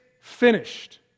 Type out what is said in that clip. finished